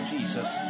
Jesus